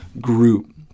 group